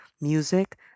music